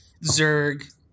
Zerg